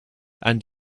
and